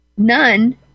None